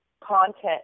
content